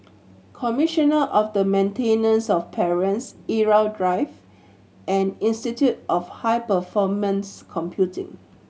commissioner of the Maintenance of Parents Irau Drive and Institute of High Performance Computing